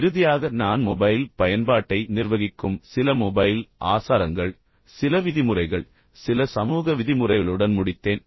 இறுதியாக நான் மொபைல் பயன்பாட்டை நிர்வகிக்கும் சில மொபைல் ஆசாரங்கள் சில விதிமுறைகள் சில சமூக விதிமுறைகளுடன் முடித்தேன்